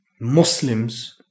Muslims